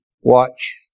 watch